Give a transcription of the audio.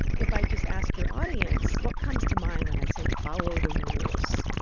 if i just ask your audience, what comes to mind when i say follow the rules,